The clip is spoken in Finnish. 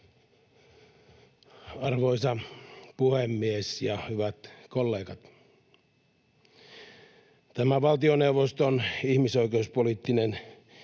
Arvoisa puhemies ja hyvät kollegat! Tämä valtioneuvoston ihmisoikeuspoliittinen